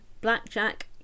Blackjack